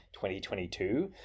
2022